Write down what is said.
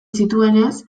zituenez